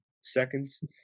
seconds